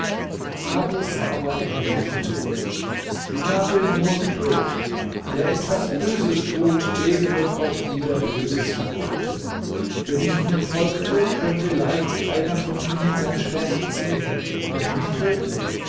abu saber antwortete habe nur geduld wer etwas böses tut dem wird auch wieder böses vergolten wenn ich ihnen folgte könnte leicht einer von ihnen sein schwert ziehen und mich töten